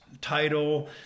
title